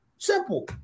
Simple